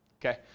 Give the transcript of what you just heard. Okay